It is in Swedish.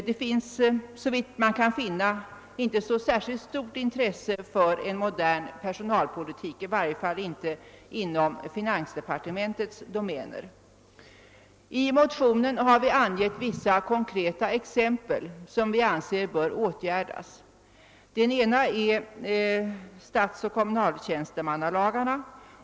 Det finns såvitt man kan förstå inte något särskilt stort intresse för en modern personalpolitik, i varje fall inte inom finansdepartementets domäner. I. motionen har vi angivit vissa konkreta saker som vi anser att man bör vidta åtgärder mot. Det gäller bl.a. statsoch kommunaltjänstemannalagarna.